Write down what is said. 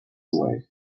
away